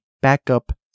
backup